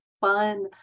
fun